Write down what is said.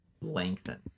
lengthen